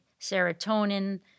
serotonin